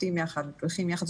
שותים יחד ונפגשים יחד.